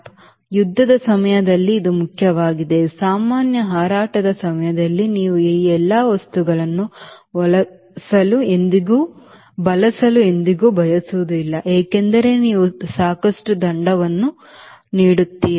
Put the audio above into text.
ಯುದ್ಧದ ಸಮಯದಲ್ಲಿ ಇದು ಮುಖ್ಯವಾಗಿದೆ ಸಾಮಾನ್ಯ ಹಾರಾಟದ ಸಮಯದಲ್ಲಿ ನೀವು ಈ ಎಲ್ಲ ವಸ್ತುಗಳನ್ನು ಬಳಸಲು ಎಂದಿಗೂ ಬಯಸುವುದಿಲ್ಲ ಏಕೆಂದರೆ ನೀವು ಸಾಕಷ್ಟು ದಂಡವನ್ನು ನೀಡುತ್ತೀರಿ